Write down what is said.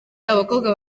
abakobwa